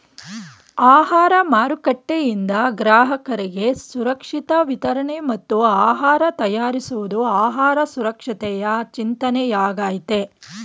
ಆಹಾರ ಮಾರುಕಟ್ಟೆಯಿಂದ ಗ್ರಾಹಕರಿಗೆ ಸುರಕ್ಷಿತ ವಿತರಣೆ ಮತ್ತು ಆಹಾರ ತಯಾರಿಸುವುದು ಆಹಾರ ಸುರಕ್ಷತೆಯ ಚಿಂತನೆಯಾಗಯ್ತೆ